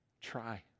Try